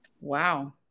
Wow